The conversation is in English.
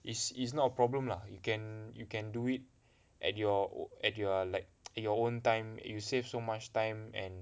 is is not a problem lah you can you can do it at your at your like your own time you save so much time and